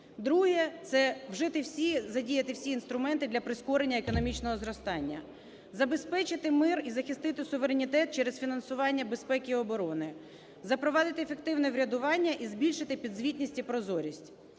Друге. Це вжити всі, задіяти всі інструменти для прискорення економічного зростання. Забезпечити мир і захистити суверенітет через фінансування безпеки і оборони. Запровадити ефективне врядування і збільшити підзвітність і прозорість.